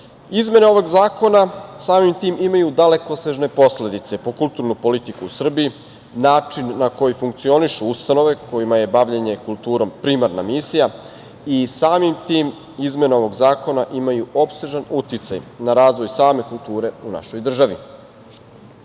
ovog zakona, samim tim, imaju dalekosežne posledice po kulturnu politiku u Srbiji, način na koji funkcionišu ustanove kojima je bavljenje kulturom primarna misija i samim tim izmene ovog zakona imaju opsežan uticaj na razvoj same kulture u našoj državi. Izmene